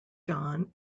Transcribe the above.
john